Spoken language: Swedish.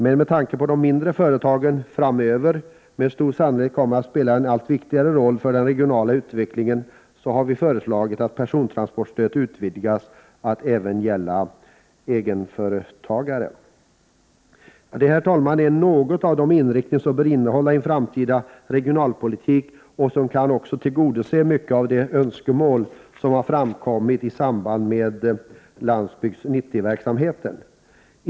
Men med tanke på att de mindre företagen framöver kommer att spela en allt viktigare roll i den regionala utvecklingen har vi föreslagit att persontransportstödet skall utvidgas till att gälla även egenföretagare. Detta, herr talman, är några av de inriktningar som bör finnas med i en framtida regionalpolitik och som också kan tillgodose många av de önskemål som har framkommit i samband med Landsbygd 90-verksamheten.